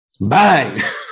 Bang